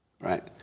Right